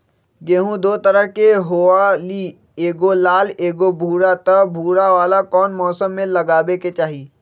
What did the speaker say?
गेंहू दो तरह के होअ ली एगो लाल एगो भूरा त भूरा वाला कौन मौसम मे लगाबे के चाहि?